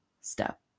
step